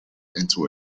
into